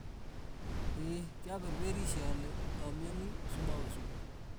Ee kyaperperishe ale amyani simawe sukul.